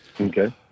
Okay